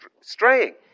straying